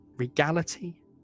Regality